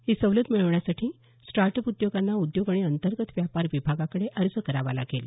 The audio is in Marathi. ही सवलत मिळवण्यासाठी स्टार्टअप उद्योगांना उद्योग आणि अंतर्गत व्यापार विभागाकडं अर्ज करावा लागेल